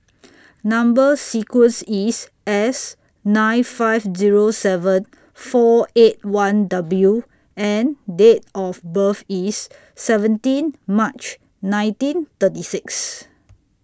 Number sequence IS S nine five Zero seven four eight one W and Date of birth IS seventeen March nineteen thirty six